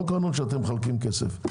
לא קרנות שאתם מחלקים כסף.